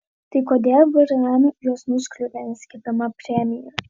tai kodėl vrm juos nuskriaudė neskirdama premijų